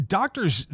doctors